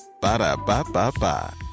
Ba-da-ba-ba-ba